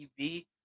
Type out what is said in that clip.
tv